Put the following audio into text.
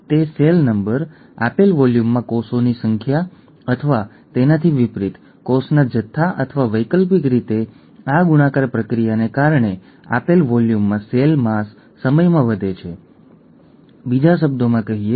તેઓ ક્યાં રહે છે તેના આધારે તેમને જુદી જુદી રીતે વ્યક્ત કરી શકાય છે અને તેથી વધુ આપણે તેમાં પ્રવેશ કરીશું નહીં